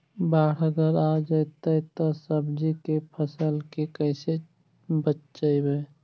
बाढ़ अगर आ जैतै त सब्जी के फ़सल के कैसे बचइबै?